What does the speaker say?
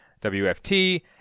WFT